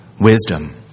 wisdom